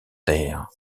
terre